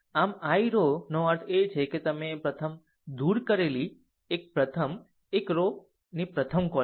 આમ i row નો અર્થ એ છે કે તમે દૂર કરેલી પ્રથમ એક રો ની પ્રથમ કોલમ